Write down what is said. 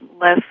less